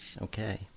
okay